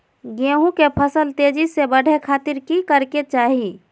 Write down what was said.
गेहूं के फसल तेजी से बढ़े खातिर की करके चाहि?